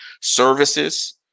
services